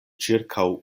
ĉirkaŭ